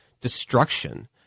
destruction